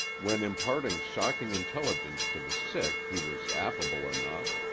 when imparting shocking intelligence to the sick he was affable enough.